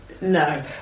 no